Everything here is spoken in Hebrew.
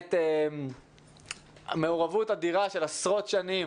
באמת הייתה לו מעורבות אדירה של עשרות שנים